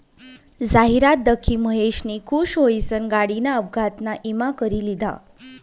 जाहिरात दखी महेशनी खुश हुईसन गाडीना अपघातना ईमा करी लिधा